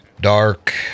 dark